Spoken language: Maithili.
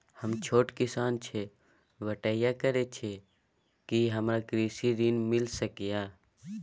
हम छोट किसान छी, बटईया करे छी कि हमरा कृषि ऋण मिल सके या?